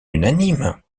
unanime